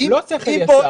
לא שכל ישר.